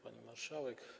Pani Marszałek!